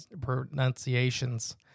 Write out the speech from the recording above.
pronunciations